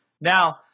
Now